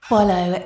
Follow